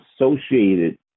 associated